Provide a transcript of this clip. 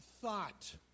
thought